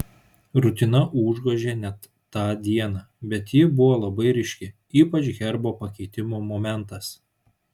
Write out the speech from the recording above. rutina užgožė net tą dieną bet ji buvo labai ryški ypač herbo pakeitimo momentas